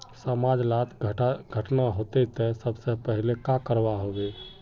समाज डात घटना होते ते सबसे पहले का करवा होबे?